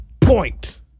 point